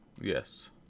Yes